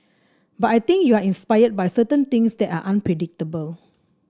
but I think you are inspired by certain things that are unpredictable